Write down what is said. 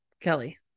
Kelly